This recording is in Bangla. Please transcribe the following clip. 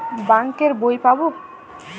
বাংক এর বই পাবো?